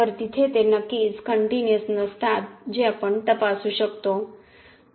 तर तिथे ते नक्कीच कनटिन्यूअस नसतात जे आपण तपासू शकतो